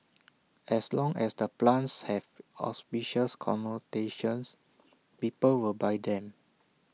as long as the plants have auspicious connotations people will buy them